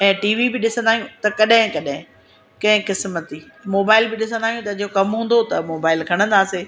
ऐं टीवी बि ॾिसंदा आहियूं कॾहिं कॾहिं कंहिं क़िस्मत ई मोबाइल बि ॾिसंदा आहियूं त जे कमु हूंदो त मोबाइल खणंदासीं